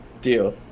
Deal